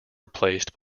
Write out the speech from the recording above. replaced